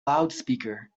loudspeaker